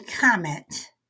comment